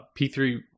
P3